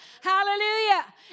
Hallelujah